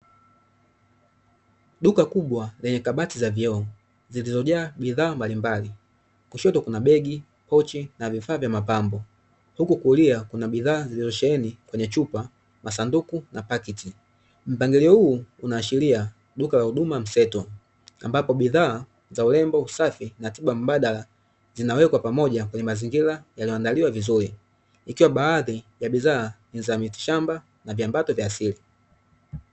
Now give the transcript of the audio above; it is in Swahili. Duka kubwa lenye kabati la vioo lililojaa bidhaa mbalimbali kushoto kuna begi pochi na vifaa vya mapambo huku kulia kuna bidhaa zilizo sheheni kwenye chupa masanduku na mapakiti mpangilio huu unahashira duka la huduma mseto, ambapo bidhaa za urembo, usafi na tiba mbadala zinawekwa pamoja kwenye mazingira yaliyo andaliwa vizuri, ikiwa baadhi ya bidhaa ni za miti shamba na viambato vya asili.